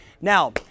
Now